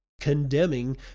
condemning